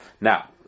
Now